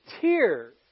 tears